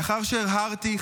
לאחר שהרהרתי,